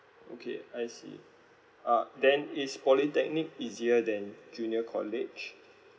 okay I see uh then is polytechnic easier then junior college